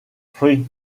three